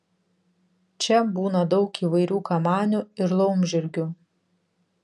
čia būna daug įvairių kamanių ir laumžirgių